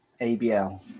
ABL